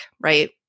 right